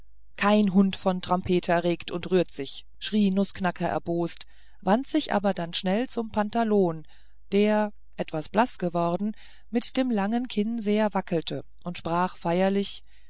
kein hund von trompeter regt und rührt sich schrie nußknacker erbost wandte sich aber dann schnell zum pantalon der etwas blaß geworden mit dem langen kinn sehr wackelte und sprach feierlich